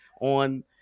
on